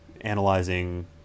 analyzing